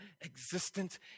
existence